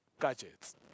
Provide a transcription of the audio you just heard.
gadgets